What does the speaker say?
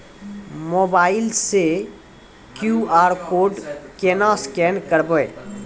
Mobile से QR code केना scan करबै?